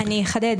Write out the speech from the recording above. אני אחדד.